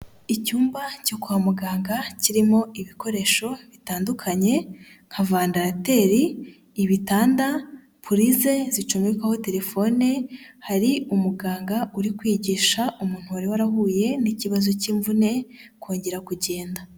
Icyumba cyo kwa muganga kirimo ibikoresho bitandukanye, nka vandarateri, ibitanda, purize zicomekwaho terefone, hari umuganga uri kwigisha umuntu wari warahuye n'ikibazo cy'imvune, kongera kugenda.